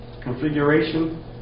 configuration